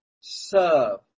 serve